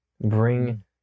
bring